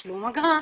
תשלום אגרה.